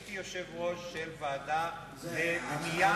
הייתי יושב-ראש של ועדה לבנייה,